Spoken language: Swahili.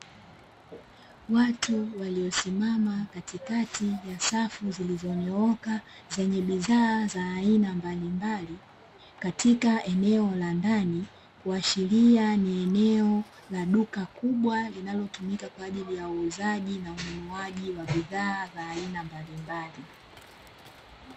Watu waliosimama katikati ya safu zilizonyooka; zenye bidhaa za aina mbalimbali katika eneo la ndani, kuashiria ni eneo la duka kubwa linalotumika kwa ajili ya uuzaji na ununuaji wa bidhaa za aina mbalimbali.